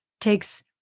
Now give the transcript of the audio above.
takes